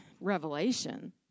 Revelation